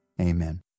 Amen